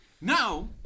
now